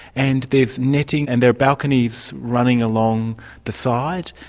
and there's netting and there are balconies running along the side,